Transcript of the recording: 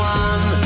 one